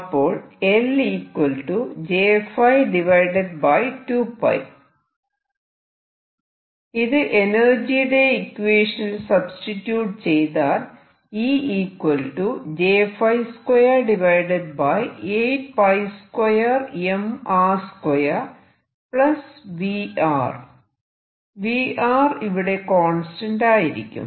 അപ്പോൾ ഇത് എനർജിയുടെ ഇക്വേഷനിൽ സബ്സ്റ്റിട്യൂട് ചെയ്താൽ V ഇവിടെ കോൺസ്റ്റന്റ് ആയിരിക്കും